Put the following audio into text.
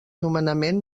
nomenament